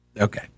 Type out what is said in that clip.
Okay